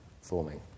forming